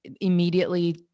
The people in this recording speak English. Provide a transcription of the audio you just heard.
immediately